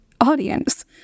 audience